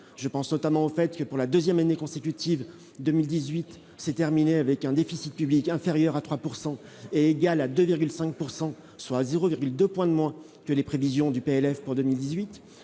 je pense notamment au fait que pour la 2ème année consécutive, 2018 c'est terminé avec un déficit public inférieur à 3 pourcent est égal à 2,5 pour 100, soit 0,2 point de moins que les prévisions du PLF pour 2018